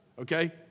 okay